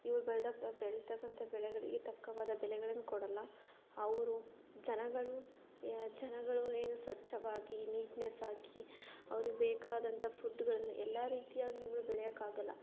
ಇವರು ಬೆಳೆದ ಬೆಳೀತಕ್ಕಂಥ ಬೆಳೆಗಳಿಗೆ ತಕ್ಕವಾದ ಬೆಲೆಗಳನ್ನು ಕೊಡೋಲ್ಲ ಅವರು ಜನಗಳು ಜನಗಳು ಏನು ಸ್ವಚ್ಛವಾಗಿ ನೀಟ್ನೆಸ್ಸಾಗಿ ಅವ್ರಗೆ ಬೇಕಾದಂಥ ಫುಡ್ಗಳನ್ನು ಎಲ್ಲ ರೀತಿಯಾಗಿ ಇವರು ಬೆಳೆಯೋಕ್ಕಾಗಲ್ಲ